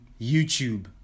youtube